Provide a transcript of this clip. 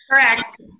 Correct